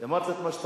אני מבקש ממך.